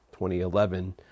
2011